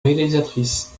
réalisatrice